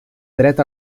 dret